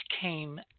came